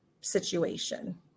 situation